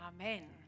Amen